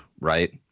right